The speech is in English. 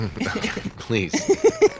Please